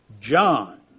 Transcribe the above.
John